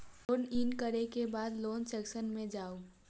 log in करै के बाद लोन सेक्शन मे जाउ